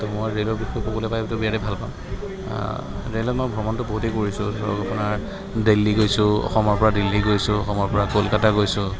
তো মই ৰে'লৰ বিষয় ক'বলৈ পাইতো বিৰাটে ভাল পাম ৰে'লত মই ভ্ৰমণটো বহুতেই কৰিছোঁ ধৰক আপোনাৰ দিল্লী গৈছোঁ অসমৰ পৰা দিল্লী গৈছোঁ অসমৰ পৰা কলকাতা গৈছোঁ